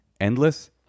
Endless